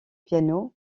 piano